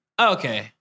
okay